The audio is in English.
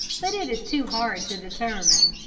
but it is too hard to determine.